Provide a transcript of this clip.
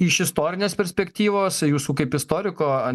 iš istorinės perspektyvos jūsų kaip istoriko